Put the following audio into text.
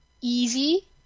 easy